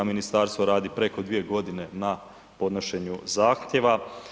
Ministarstvo radi preko 2 godine na podnošenju zahtjeva.